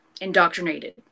indoctrinated